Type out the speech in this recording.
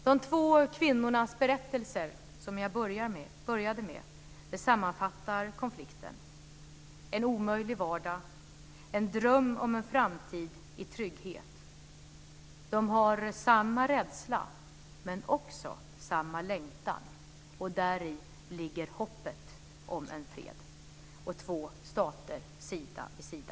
De två kvinnornas berättelser som jag började med sammanfattar konflikten, en omöjlig vardag, en dröm om en framtid i trygghet. De har samma rädsla, men också samma längtan, och däri ligger hoppet om en fred och två stater sida vid sida.